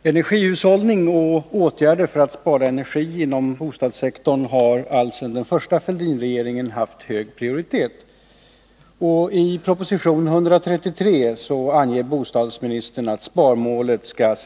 Herr talman! Energihushållning och åtgärder för att spara energi inom bostadssektorn har alltsedan den första Fälldinregeringen haft hög prioritet. I proposition 133 anger bostadsministern att sparmålet skall